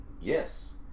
Yes